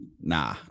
Nah